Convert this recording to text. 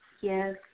Yes